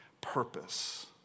purpose